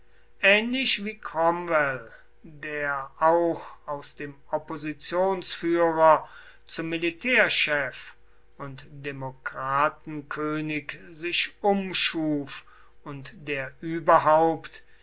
ähnlich wie cromwell der auch aus dem oppositionsführer zum militärchef und demokratenkönig sich umschuf und der überhaupt